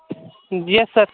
جی yes سر